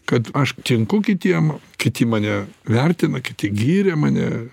kad aš tinku kitiem kiti mane vertina kiti gyria mane